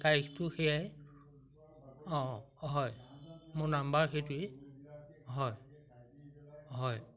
তাৰিখটো সেয়াই অঁ অঁ হয় মোৰ নাম্বাৰ সেইটোৱেই হয় হয়